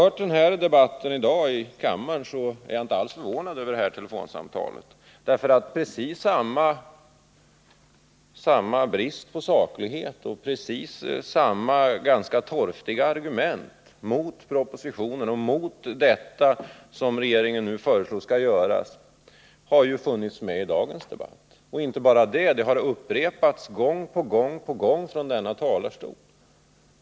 Sedan jag hört debatten i kammaren i dag är jag inte alls förvånad över det här telefonsamtalet. Samma brist på saklighet och samma ganska torftiga argument mot förslagen i propositionen har kännetecknat dagens debatt. Och inte bara det: Argumenten har upprepats gång på gång från kammarens talarstol!